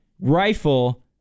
rifle